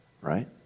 right